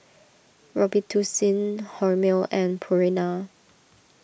Robitussin Hormel and Purina